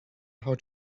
how